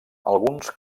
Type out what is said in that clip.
alguns